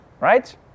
right